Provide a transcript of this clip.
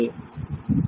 Refer Time 1210